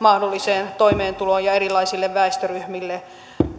mahdolliseen toimeentuloon ja erilaisille väestöryhmille